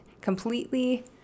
completely